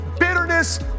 bitterness